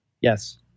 Yes